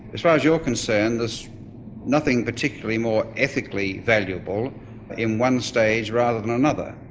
as far as you're concerned there's nothing particularly more ethically valuable in one stage rather than another,